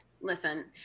listen